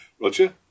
Roger